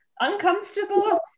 uncomfortable